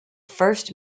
first